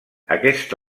aquest